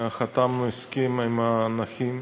חתמנו הסכם עם הנכים,